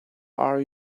are